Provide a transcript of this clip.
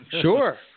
Sure